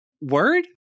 word